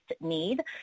need